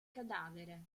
cadavere